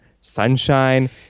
Sunshine